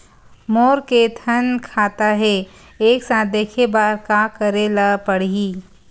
मोर के थन खाता हे एक साथ देखे बार का करेला पढ़ही?